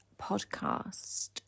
podcast